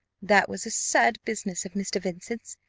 that was a sad business of mr. vincent's!